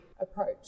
approach